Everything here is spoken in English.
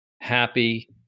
happy